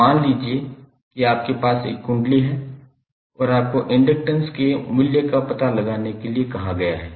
तो मान लीजिए कि आपके पास एक कुंडली है और आपको इंडक्टैंस के मूल्य का पता लगाने के लिए कहा गया है